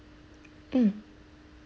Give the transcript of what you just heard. mm